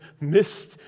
missed